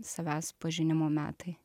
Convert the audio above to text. savęs pažinimo metai